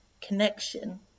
connection